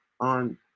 on